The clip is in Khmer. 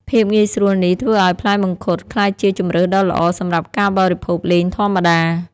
ភាពងាយស្រួលនេះធ្វើឲ្យផ្លែមង្ឃុតក្លាយជាជម្រើសដ៏ល្អសម្រាប់ការបរិភោគលេងធម្មតា។